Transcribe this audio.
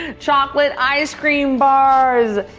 chocolate ice cream bars.